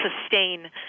sustain